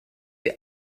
you